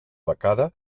becada